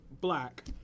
black